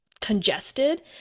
congested